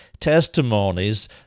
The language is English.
testimonies